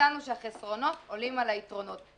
מצאנו שהחסרונות עולים על היתרונות,